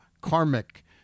karmic